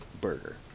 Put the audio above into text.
burger